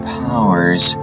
powers